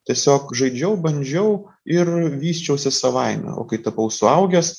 tiesiog žaidžiau bandžiau ir vysčiausi savaime o kai tapau suaugęs